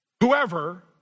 whoever